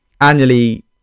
annually